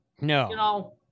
No